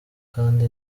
kandi